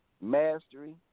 Mastery